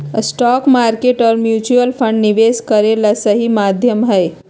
stock market और mutual fund निवेश करे ला सही माध्यम हई